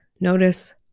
Notice